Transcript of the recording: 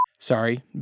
Sorry